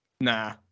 Nah